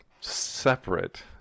separate